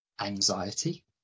anxiety